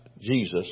Jesus